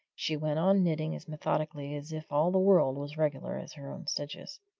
she went on knitting as methodically as if all the world was regular as her own stitches.